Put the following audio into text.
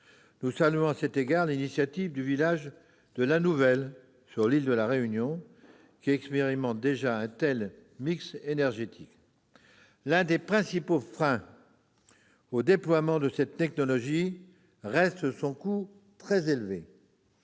nous saluons l'initiative du village de La Nouvelle, situé sur l'île de la Réunion, qui expérimente déjà un tel mix énergétique. L'un des principaux freins au déploiement de cette technologie reste son coût très élevé.